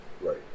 right